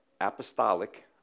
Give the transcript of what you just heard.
Apostolic